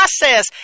process